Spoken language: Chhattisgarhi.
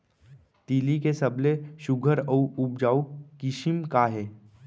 तिलि के सबले सुघ्घर अऊ उपजाऊ किसिम का हे?